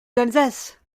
d’alsace